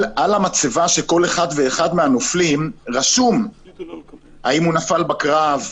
על המצבה של כל אחד ואחד מהנופלים רשום האם הוא נפל בקרב,